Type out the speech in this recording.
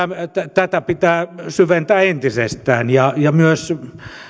tätä pitää syventää entisestään ja ja myös